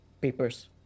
papers